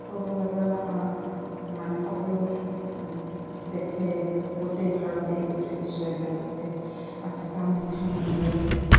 ক'ব লগা মানে সকলো দেশেই গোটেই ভাৰতেই গোটেই বিশ্বই জনাকৈ আছে কামাখ্যা মন্দিৰ